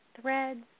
threads